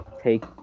take